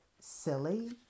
silly